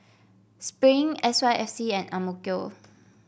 Spring S Y F C and AMK